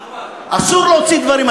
אסור להוציא דברים,